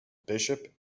bishop